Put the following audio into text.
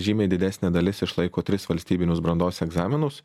žymiai didesnė dalis išlaiko tris valstybinius brandos egzaminus